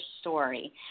story